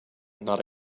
not